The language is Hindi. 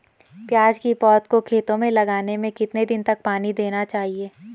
प्याज़ की पौध को खेतों में लगाने में कितने दिन तक पानी देना चाहिए?